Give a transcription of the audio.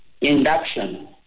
induction